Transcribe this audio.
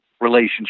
relationship